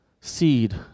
seed